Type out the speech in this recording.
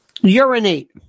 urinate